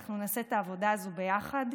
אנחנו נעשה את העבודה הזו ביחד,